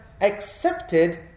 accepted